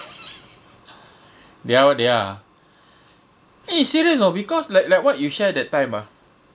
diao their eh serious you know because like like what you share that time ah